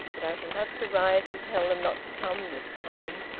but i shall have to write and tell them not to come this time.